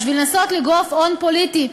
בשביל לנסות לגרוף הון פוליטי,